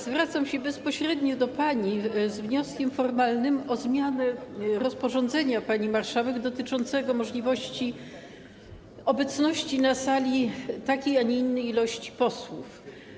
Zwracam się bezpośrednio do pani z wnioskiem formalnym o zmianę rozporządzenia pani marszałek dotyczącego możliwości obecności na sali takiej, a nie innej liczby posłów.